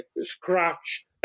scratch